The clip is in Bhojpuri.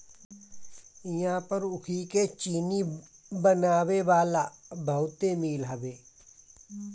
इहां पर ऊखी के चीनी बनावे वाला बहुते मील हवे